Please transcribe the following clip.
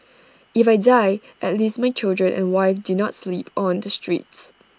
if I die at least my children and wife do not sleep on the streets